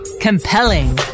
Compelling